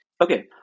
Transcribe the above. Okay